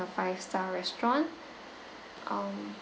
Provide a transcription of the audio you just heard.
five star restaurant um